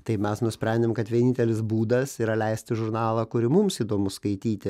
tai mes nusprendėm kad vienintelis būdas yra leisti žurnalą kurį mums įdomu skaityti